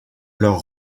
leur